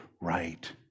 right